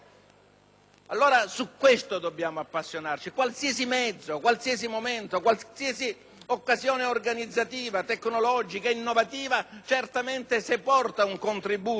dolore? Su questo tema dobbiamo appassionarci. Qualsiasi mezzo, qualsiasi momento e qualsiasi occasione organizzativa, tecnologica ed innovativa, se portano un contributo